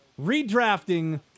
redrafting